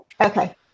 Okay